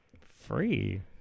Free